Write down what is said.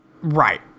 Right